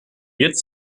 jetzt